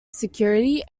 security